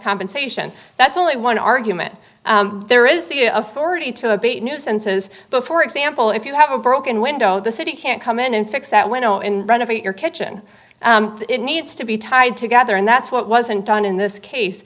compensation that's only one argument there is the authority to abate nuisances but for example if you have a broken window the city can't come in and fix that window in front of your kitchen it needs to be tied together and that's what wasn't done in this case